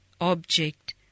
object